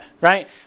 right